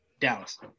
Dallas